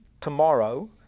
tomorrow